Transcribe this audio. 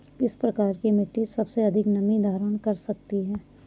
किस प्रकार की मिट्टी सबसे अधिक नमी धारण कर सकती है?